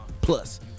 Plus